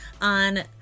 on